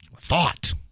thought